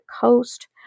coast